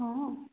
ହଁ